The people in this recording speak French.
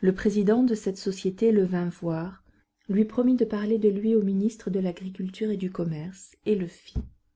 le président de cette société le vint voir lui promit de parler de lui au ministre de l'agriculture et du commerce et le fit